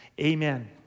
Amen